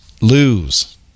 lose